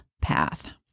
path